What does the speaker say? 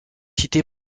cité